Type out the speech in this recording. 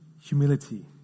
humility